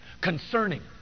concerning